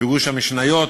פירוש המשניות